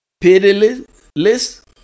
pitiless